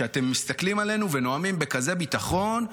שאתם מסתכלים עלינו ונואמים בכזה ביטחון,